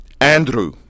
Andrew